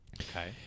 Okay